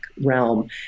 realm